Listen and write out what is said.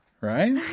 Right